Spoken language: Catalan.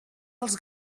els